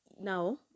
now